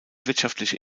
wirtschaftliche